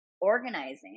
organizing